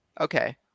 Okay